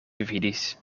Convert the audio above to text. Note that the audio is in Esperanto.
vidis